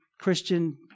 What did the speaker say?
Christian